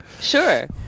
Sure